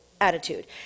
attitude